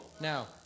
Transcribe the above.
Now